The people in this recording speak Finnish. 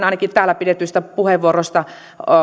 ainakin täällä pidetyistä puheenvuoroista